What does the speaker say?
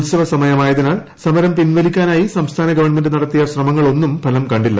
ഉത്സവ സമയമായതിനാൽ സമരം പിൻവലിക്കാനായി സംസ്ഥാന ഗവൺമെന്റ് നടത്തിയ ശ്രമങ്ങളൊന്നും ഫലം കണ്ടില്ല